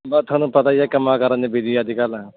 ਬਸ ਤੁਹਾਨੂੰ ਪਤਾ ਹੀ ਹੈ ਕੰਮਾਂ ਕਾਰਾਂ 'ਚ ਵਿਜੀ ਅੱਜ ਕੱਲ੍ਹ